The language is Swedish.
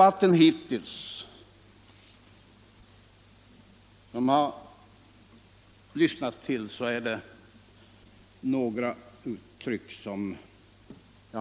I den hittills förda debatten har jag fäst mig vid några uttryck.